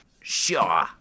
Sure